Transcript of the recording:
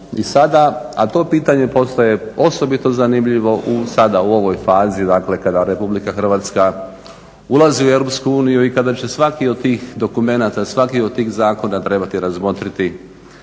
a to pitanje postaje osobito zanimljivo sada u ovoj fazi, dakle kada Republika Hrvatska ulazi u Europsku uniju i kada će svaki od tih dokumenata, svaki od tih zakona trebati razmotriti